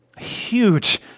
huge